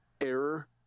error